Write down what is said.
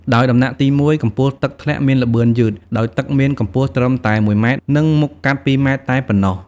ដោយដំណាក់ទី១ កម្ពស់ទឹកធ្លាក់មានល្បឿនយឺត ដោយទឹកមានកម្ពស់ត្រឹមតែមួយម៉ែត្រ និង មុខកាត់ ២ម៉ែត្រតែប៉ុណ្ណោះ។